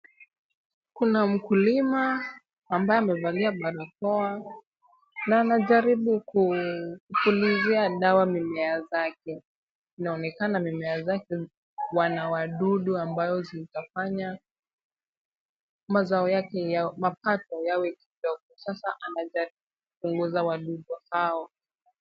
Kuna mkulima ambaye amevalia barakoa na anajaribu kupulizia dawa mimea zake. Inaonekana mimea zake wana wadudu ambao zitafanya mazao yake ya mapato yawe kidogo, sasa anajaribu kupunguza wadudu hao.